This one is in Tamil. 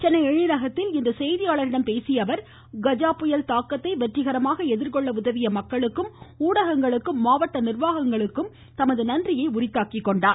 சென்னை எழிலகத்தில் இன்று செய்தியாளர்களிடம் பேசிய அவர் கஜா புயல் தாக்கத்தை வெற்றிகரமாக எதிர்கொள்ள உதவிய மக்களுக்கும் ஊடகங்களுக்கும் மாவட்ட நிர்வாகங்களுக்கும் தமது நன்றியை தெரிவித்துக்கொண்டார்